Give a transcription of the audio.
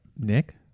Nick